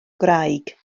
graig